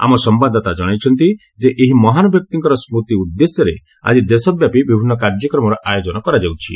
ଆମ ସମ୍ଭାଦଦାତା ଜଣାଇଚନ୍ତି ଯେ ଏହି ମହାନ୍ ବ୍ୟକ୍ତିଙ୍କର ସ୍କୃତି ଉଦ୍ଦେଶ୍ୟରେ ଆକି ଦେଶ ବ୍ୟାପୀ ବିଭିନ୍ନ କାର୍ଯ୍ୟକ୍ରମର ଆୟୋଜନ କରାଯାଉଛି